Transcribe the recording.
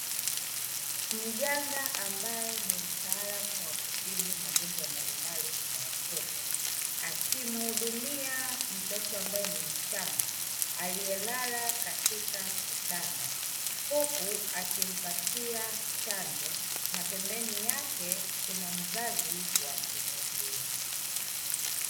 Mganga ambae ni mtaalamu wa kutibu magonjwa mbalimbali kwa watoto, akimhudumia mtoto ambaye ni mchanga aliyelala katika kitanda huku akimpatia chanjo na pembeni yake kuna mzazi wa mtoto huyo.